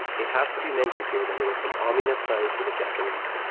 it has to be mentioned here that there were some ominous signs for the japanese.